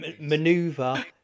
Maneuver